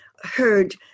heard